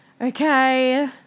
okay